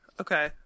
Okay